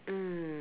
mm